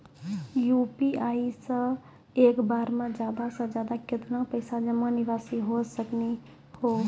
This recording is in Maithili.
यु.पी.आई से एक बार मे ज्यादा से ज्यादा केतना पैसा जमा निकासी हो सकनी हो?